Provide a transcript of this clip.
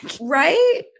right